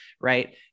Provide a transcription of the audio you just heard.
right